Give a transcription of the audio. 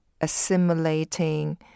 assimilating